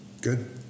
good